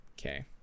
Okay